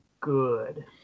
good